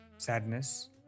Sadness